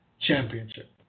Championship